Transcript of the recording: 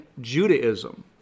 Judaism